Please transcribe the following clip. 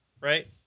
Right